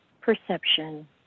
perception